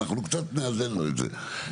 אנחנו קצת נאזן לו את זה.